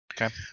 Okay